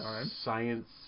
science